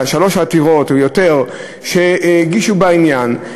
שלוש העתירות שהוגשו בעניין,